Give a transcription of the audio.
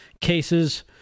cases